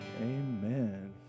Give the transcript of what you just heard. Amen